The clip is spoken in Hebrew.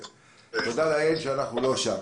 תודה לאל שאנחנו לא שם.